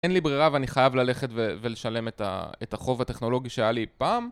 אין לי ברירה ואני חייב ללכת ולשלם את החוב הטכנולוגי שהיה לי פעם.